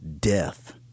death